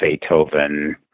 Beethoven